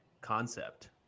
concept